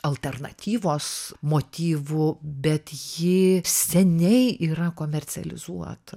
alternatyvos motyvu bet ji seniai yra komercializuota